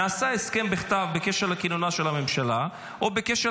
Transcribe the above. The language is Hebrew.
"נעשה הסכם בכתב בקשר לכינונה של הממשלה או בקשר